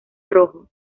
rojo